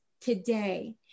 today